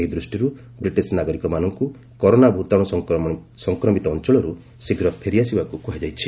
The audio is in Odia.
ଏହି ଦୃଷ୍ଟିରୁ ବ୍ରିଟିସ୍ ନାଗରିକମାନଙ୍କୁ କରୋନା ଭୂତାଣୁ ସଂକ୍ରମିତ ଅଞ୍ଚଳରୁ ଶୀଘ୍ର ଫେରିଆସିବାକୁ କୁହାଯାଇଛି